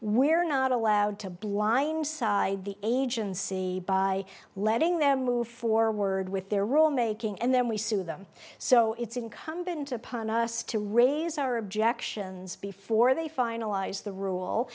we're not allowed to blindside the agency by letting them move forward with their rule making and then we sue them so it's incumbent upon us to raise our objections before they finalize the rule